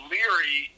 Leary